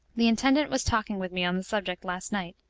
the intendant was talking with me on the subject last night,